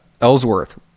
Ellsworth